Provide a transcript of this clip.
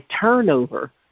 turnover